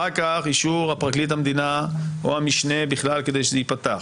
אחר כך אישור פרקליט המדינה או המשנה בכלל כדי שזה ייפתח.